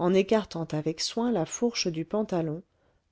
en écartant avec soin la fourche du pantalon